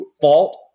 Fault